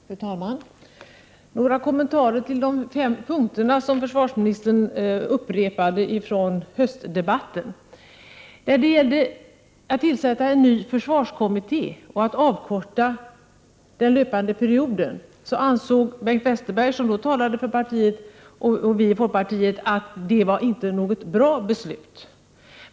Fru talman! Några kommentarer till de fem punkterna från höstdebatten som försvarsministern upprepade: När det gällde att tillsätta en ny försvarskommitté och att avkorta den löpande perioden ansåg Bengt Westerberg och folkpartiet att det inte var något bra beslut.